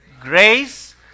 grace